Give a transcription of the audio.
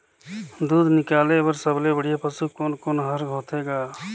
दूध निकाले बर सबले बढ़िया पशु कोन कोन हर होथे ग?